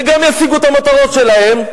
וגם ישיגו את המטרות שלהם.